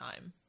time